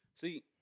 See